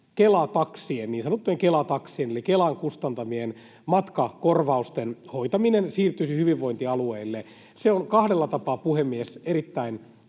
että niin sanottujen Kela-taksien eli Kelan kustantamien matkakorvausten hoitaminen siirtyisi hyvinvointialueille. Se on kahdella tapaa, puhemies, mielestäni